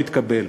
לא התקבל.